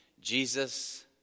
Jesus